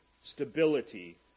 stability